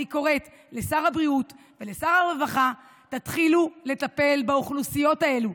אני קוראת לשר הבריאות ולשר הרווחה: תתחילו לטפל באוכלוסיות האלה,